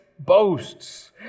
boasts